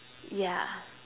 yeah